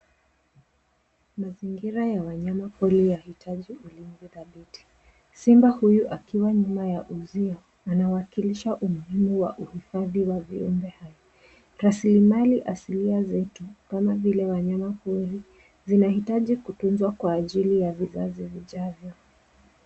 Mazingira ya wanyamapori yahitaji ulinzi dhabiti. Simba huyu akiwa nyuma ya uzio unawakilisha umuhimu wa uhifadhi wa viumbe haya. Rasilimali asilia zetu kama vile wanyamapori zinahitaji kutunzwa kwa ajili ya vizazi vijavyo.